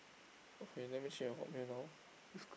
okay let me check your hotmail now